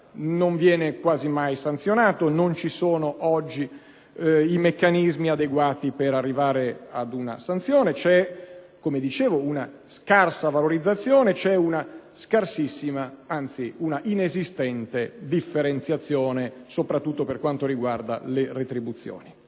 non viene quasi mai sanzionato, non ci sono oggi i meccanismi adeguati per arrivare ad una sanzione. C'è, come dicevo, una scarsa valorizzazione di chi fa ricerca e didattica di qualità, è inesistente la differenziazione soprattutto per quanto riguarda le retribuzioni: